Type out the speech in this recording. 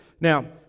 Now